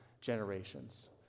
generations